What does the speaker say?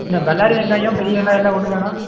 பல்லாரி வெங்காயம் பெரிய வெங்காயம் எல்லாம் ஒன்றுதானா